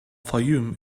fayoum